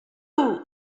not